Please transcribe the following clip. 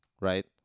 right